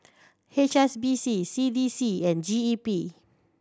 H S B C C D C and G E P